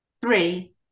three